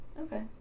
Okay